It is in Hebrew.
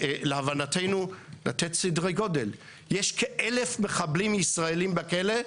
להבנתנו, יש כ-1,000 מחבלים ישראלים בכלא,